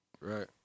Right